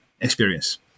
experience